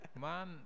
Man